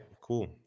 Cool